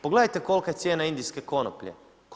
Pogledajte kolika je cijena indijske konoplje?